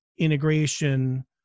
integration